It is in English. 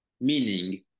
meaning